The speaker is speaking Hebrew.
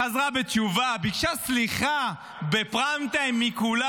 חזרה בתשובה, ביקשה סליחה בפריים טיים מכולם.